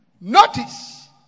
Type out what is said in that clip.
Notice